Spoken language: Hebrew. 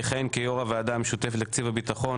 יכהן כיו"ר הוועדה המשותפת לתקציב הביטחון,